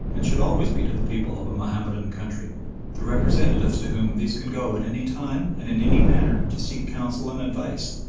and should always be to the people of a mahomedan country the representatives to whom these can go at any time and in any manner to seek counsel and advice,